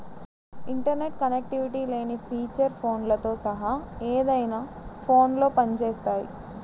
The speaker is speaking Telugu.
ఇంటర్నెట్ కనెక్టివిటీ లేని ఫీచర్ ఫోన్లతో సహా ఏదైనా ఫోన్లో పని చేస్తాయి